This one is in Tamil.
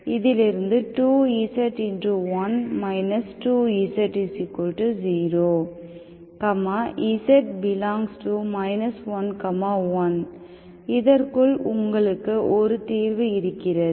1 2z 0 z∈ 1 1 இதற்குள் உங்களுக்கு ஒரு தீர்வு இருக்கிறது